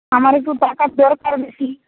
আমার একটু টাকার দরকার বেশি